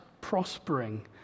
prospering